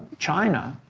china,